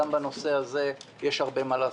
גם בנושא הזה יש הרבה מה לעשות.